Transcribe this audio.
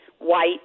white